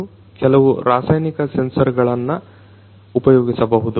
ಮತ್ತು ಕೆಲವು ರಾಸಾಯನಿಕ ಸೆನ್ಸರ್ಗಳನ್ನ ಉಪಯೋಗಿಸಬಹುದು